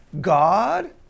God